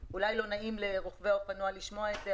אולי לא נעים לרוכבי האופנוע לשמוע את זה,